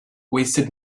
wasted